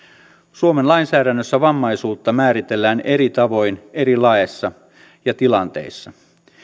suomen lainsäädännössä vammaisuutta määritellään eri tavoin eri laeissa ja tilanteissa